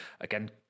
again